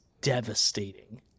devastating